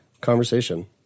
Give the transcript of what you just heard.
conversation